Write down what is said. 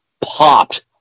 popped